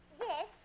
Yes